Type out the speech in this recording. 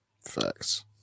Facts